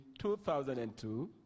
2002